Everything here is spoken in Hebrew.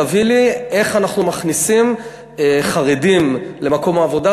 תגיד לי איך אנחנו מכניסים חרדים למקום העבודה,